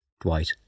Dwight